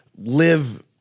live